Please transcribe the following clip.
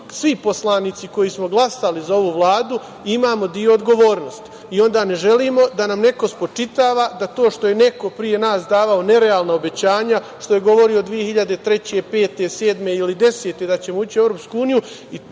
svi poslanici, koji smo glasali za ovu Vladu, imamo deo odgovornosti i ne želimo da nam neko spočitava da to što je neko pre nas davao nerealna obećanja, što je govorio 2003, 2005, 2007. ili 2010. godine da ćemo ući u EU.